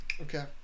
Okay